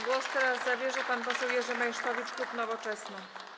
Głos teraz zabierze pan poseł Jerzy Meysztowicz, klub Nowoczesna.